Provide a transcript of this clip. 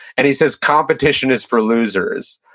and he says, competition is for losers.